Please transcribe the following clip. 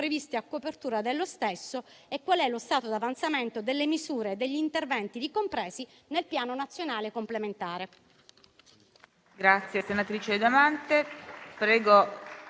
previste a copertura dello stesso e qual è lo stato d'avanzamento delle misure e degli interventi ricompresi nel Piano nazionale complementare.